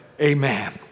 Amen